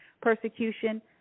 persecution